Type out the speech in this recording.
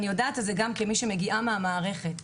כמי שמגיעה מהמערכת,